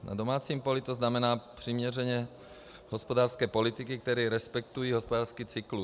Na domácím poli to znamená přiměřené hospodářské politiky, které respektují hospodářský cyklus.